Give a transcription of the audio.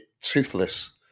toothless